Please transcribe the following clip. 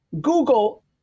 Google